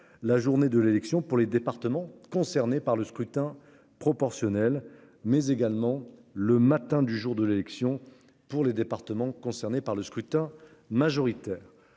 la journée de l'élection pour les départements concernés par le scrutin proportionnel, mais également le matin du jour de l'élection pour les départements concernés par le scrutin majoritaire.